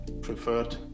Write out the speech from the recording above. preferred